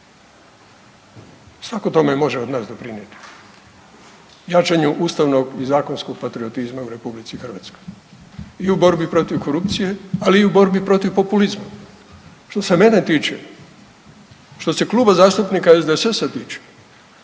svako tome može od nas doprinijeti jačanju ustavnog i zakonskog patriotizma u RH i u borbi protiv korupcije, ali i u borbi protiv populizma. Što se mene tiče, što se Kluba zastupnika SDSS-a tiče